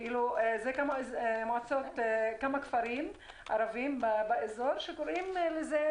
אלה כמה כפרים ערביים באזור שקוראים לזה